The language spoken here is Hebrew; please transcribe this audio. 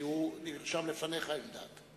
כי הוא נרשם לפניך, חבר הכנסת אלדד.